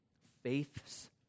faith's